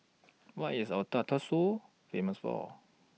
What IS Ouagadougou Famous For